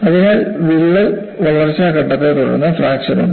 അതിനാൽ വിള്ളൽ വളർച്ച ഘട്ടത്തെ തുടർന്ന് ഫ്രാക്ചർ ഉണ്ട്